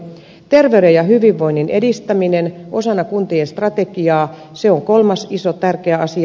terveyden ja hyvinvoinnin edistäminen osana kuntien strategiaa on kolmas iso tärkeä asia